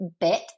bit